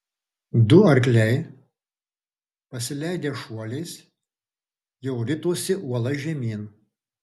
du arkliai pasileidę šuoliais jau ritosi uola žemyn